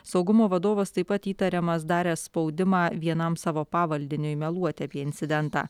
saugumo vadovas taip pat įtariamas daręs spaudimą vienam savo pavaldiniui meluoti apie incidentą